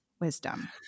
wisdom